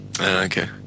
Okay